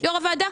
יו"ר הוועדה?